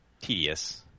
tedious